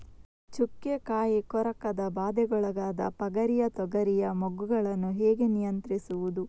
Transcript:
ಚುಕ್ಕೆ ಕಾಯಿ ಕೊರಕದ ಬಾಧೆಗೊಳಗಾದ ಪಗರಿಯ ತೊಗರಿಯ ಮೊಗ್ಗುಗಳನ್ನು ಹೇಗೆ ನಿಯಂತ್ರಿಸುವುದು?